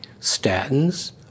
statins